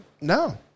No